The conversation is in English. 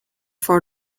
for